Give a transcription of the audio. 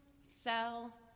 sell